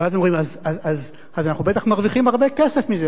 ואז הם אומרים: אז אנחנו בטח מרוויחים הרבה כסף מזה.